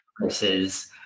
versus